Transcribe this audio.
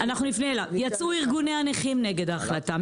יצאו ארגוני הנכים נגד ההחלטה,